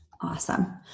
Awesome